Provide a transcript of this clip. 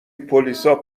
پلیسا